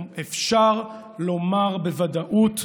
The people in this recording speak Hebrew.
אפשר לומר בוודאות: